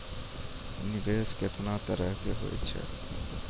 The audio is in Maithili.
निवेश केतना तरह के होय छै?